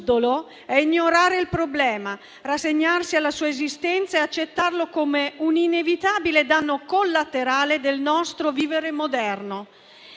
è ignorare il problema, rassegnarsi alla sua esistenza e accettarlo come un inevitabile danno collaterale del nostro vivere moderno.